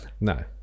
No